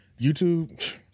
YouTube